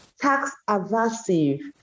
tax-aversive